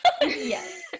Yes